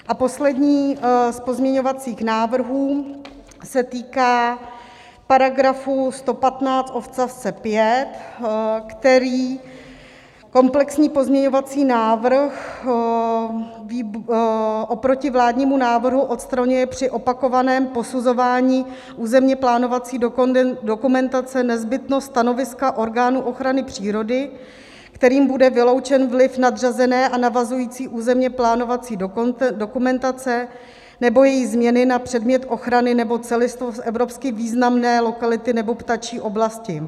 A poslední z pozměňovacích návrhů se týká § 115 odst. 5, který komplexní pozměňovací návrh oproti vládnímu návrhu odstraňuje při opakovaném posuzování územněplánovací dokumentace nezbytnost stanoviska orgánů ochrany přírody, kterým bude vyloučen vliv nadřazené a navazující územněplánovací dokumentace nebo její změny na předmět ochrany nebo celistvost evropsky významné lokality nebo ptačí oblasti.